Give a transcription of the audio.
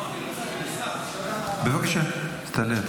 בבקשה, תעלה.